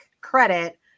credit